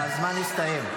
--- כן, אבל הזמן הסתיים.